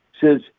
says